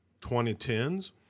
2010s